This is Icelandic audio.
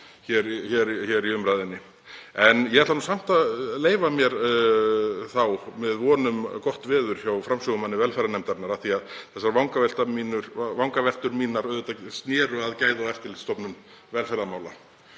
hér í umræðunni. En ég ætla nú samt að leyfa mér að biðja um gott veður hjá framsögumanni velferðarnefndar af því að þessar vangaveltur mínar sneru auðvitað að Gæða- og eftirlitsstofnun velferðarmála.